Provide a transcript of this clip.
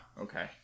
okay